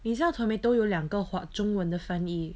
你知道 tomato 有两个华中文的翻译